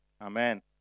Amen